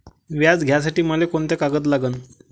व्याज घ्यासाठी मले कोंते कागद लागन?